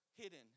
Hidden